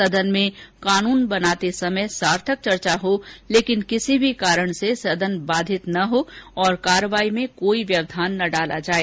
सदन में कानून बनाते समय सार्थक चर्चा हो लेकिन किसी भी कारण से सदन बाधित नहीं हो और कार्यवाही में कोई व्यवधान नहीं डाला जाए